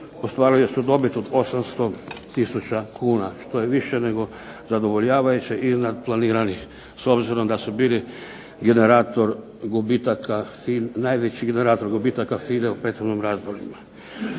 ostvarile su dobit od 800 tisuća kuna. Što je više nego zadovoljavajuće, iznad planiranih, s obzirom da su bili najveći generator gubitaka FINA-e u prethodnim razdobljima.